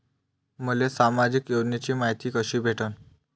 मले सामाजिक योजनेची मायती कशी भेटन?